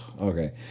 okay